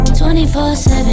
24-7